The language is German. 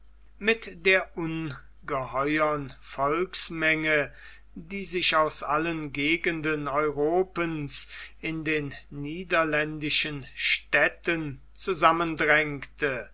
mit der ungeheuern volksmenge die sich aus allen gegenden europens in den niederländischen städten zusammendrängte